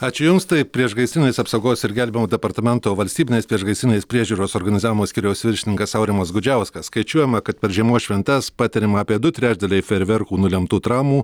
ačiū jums tai priešgaisrinės apsaugos ir gelbėjimo departamento valstybinės priešgaisrinės priežiūros organizavimo skyriaus viršininkas aurimas gudžiauskas skaičiuojama kad per žiemos šventes patiriama apie du trečdaliai fejerverkų nulemtų traumų